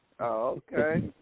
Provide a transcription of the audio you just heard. okay